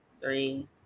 three